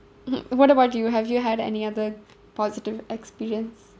mm what about you have you had any other positive experience